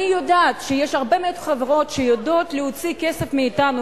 אני יודעת שיש הרבה מאוד חברות שיודעות להוציא כסף מאתנו,